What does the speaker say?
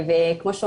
חג